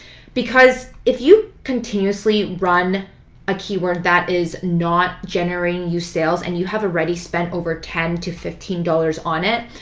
because if you continuously run a keyword that is not generating you sales and you have already spent over ten dollars to fifteen dollars on it,